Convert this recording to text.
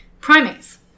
Primates